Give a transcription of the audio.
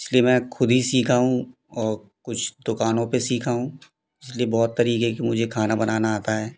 इसलिए मैं खुद ही सीखा हूँ और कुछ दुकानों पर सीखा हूँ इसलिए बहुत तरीके की मुझे खाना बनाना आता है